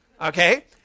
Okay